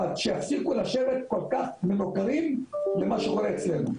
אבל שיפסיקו לשבת כל כך מנוכרים למה שקורה אצלנו.